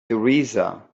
theresa